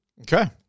okay